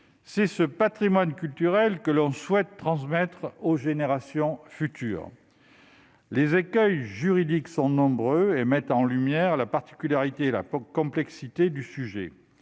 C'est ce patrimoine culturel que l'on souhaite transmettre aux générations futures. Les écueils juridiques sont nombreux et mettent en lumière la particularité et la complexité du sujet.